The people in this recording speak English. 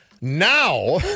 Now